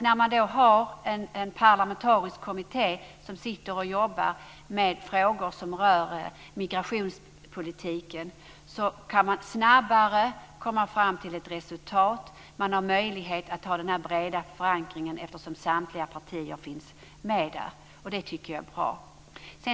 När man då har en parlamentarisk kommitté som jobbar med frågor som rör migrationspolitiken kan man snabbare komma fram till ett resultat. Man har möjlighet att få den breda förankringen, eftersom samtliga partier finns med där. Jag tycker att det är bra.